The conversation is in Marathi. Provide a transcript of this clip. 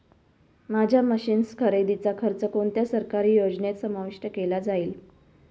माझ्या मशीन्स खरेदीचा खर्च कोणत्या सरकारी योजनेत समाविष्ट केला जाईल?